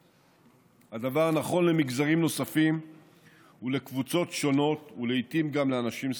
הדבר נכון למגזרים נוספים ולקבוצות שונות ולעיתים גם לאנשים ספציפיים.